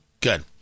Good